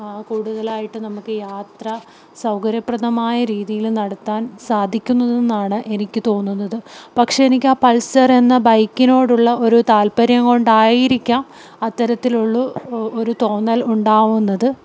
കൂടുതലായിട്ട് നമുക്ക് യാത്ര സൗകര്യപ്രദമായ രീതിയിൽ നടത്താൻ സാധിക്കുന്നതാണ് എനിക്ക് തോന്നുന്നത് പക്ഷേ എനിക്ക് ആ പൾസർ എന്ന ബൈക്കിനോടുള്ള ഒരു താല്പര്യം കൊണ്ടായിരിക്കാം അത്തരത്തിലുള്ള ഒരു തോന്നൽ ഉണ്ടാകുന്നത്